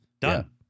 Done